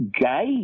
gay